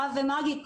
הרב מרגי,